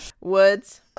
Woods